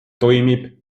toimib